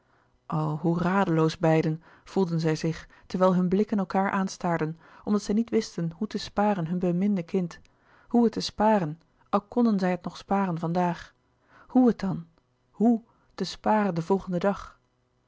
hoe radeloos beiden voelden zij zich terwijl hun blikken elkaâr aanstaarden omdat zij niet wisten hoe te sparen hun beminde kind hoe het te sparen al konden zij het nog sparen vandaag hoe het dan hoe te sparen den volgenden dag